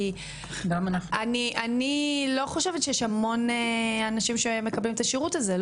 כי אני לא חושבת שיש המון אנשים שמקבלים את השירות הזה,